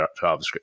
javascript